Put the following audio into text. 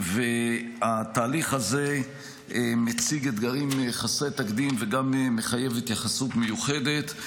התהליך הזה מציג אתגרים חסרי תקדים וגם מחייב התייחסות מיוחדת.